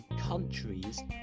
countries